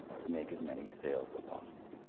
to make as many sales as possible,